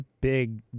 Big